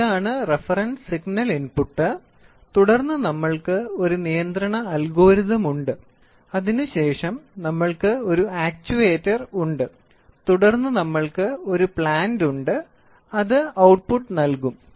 അതിനാൽ ഇതാണ് reference signal input തുടർന്ന് നമ്മൾക്ക് ഒരു നിയന്ത്രണ അൽഗോരിതം ഉണ്ട് അതിനുശേഷം നമ്മൾക്ക് ഒരു ആക്ചുവേറ്റർ ഉണ്ട് തുടർന്ന് നമ്മൾക്ക് ഒരു പ്ലാന്റ് ഉണ്ട് അത് ഔട്ട്പുട്ട് നൽകും